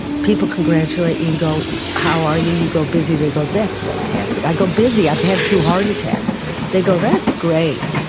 people congratulate you and go how are you? you go busy, they go that's fantastic. i go, busy, i've had two heart attacks they go that's great.